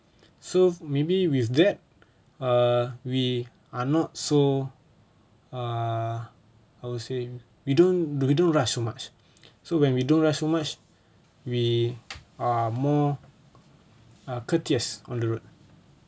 so maybe with that err we are not so err I would say we don't we don't rush so much so when we don't rush so much we are more courteous on the road